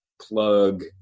plug